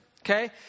Okay